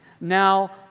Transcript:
Now